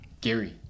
Gary